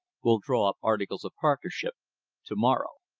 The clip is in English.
we'll draw up articles of partnership to-morrow.